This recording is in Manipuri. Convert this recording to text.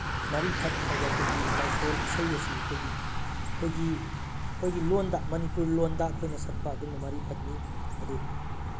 ꯃꯔꯤꯐꯠ ꯍꯥꯏꯕ ꯑꯩꯈꯣꯏꯒꯤ ꯂꯥꯏꯁꯣꯟ ꯏꯁꯩ ꯑꯁꯤ ꯑꯩꯈꯣꯏꯒꯤ ꯑꯩꯈꯣꯏꯒꯤ ꯑꯩꯈꯣꯏꯒꯤ ꯂꯣꯟꯗ ꯃꯅꯤꯄꯨꯔ ꯂꯣꯟꯗ ꯑꯩꯈꯣꯏꯅ ꯁꯛꯄ ꯑꯗꯨꯒꯨꯝꯕ ꯃꯔꯤꯐꯠꯅꯤ ꯑꯗꯨ